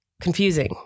confusing